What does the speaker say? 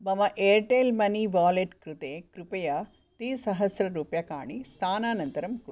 मम Airtel money wallet कृते कृपया त्रिसहस्ररूप्यकाणि स्थानान्तरं कुरु